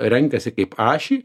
renkasi kaip ašį